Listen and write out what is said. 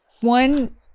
One